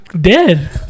dead